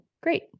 great